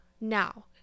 now